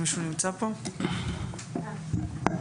אנחנו סבורים שצריך לנקוט